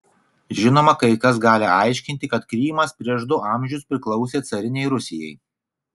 žinoma kai kas gali aiškinti kad krymas prieš du amžius priklausė carinei rusijai